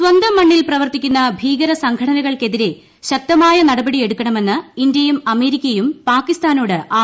സ്വന്തം മണ്ണിൽ പ്രവർത്തിക്കുന്ന ഭീകര സംഘടനകൾക്കെതിരെ ശക്തമായ നടപടിയെടുക്കണമെന്ന് ഇന്ത്യയും അമേരിക്കയും പാകിസ്ഥാനോട് ആവശ്യപ്പെട്ടു